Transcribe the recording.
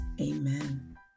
Amen